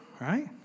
Right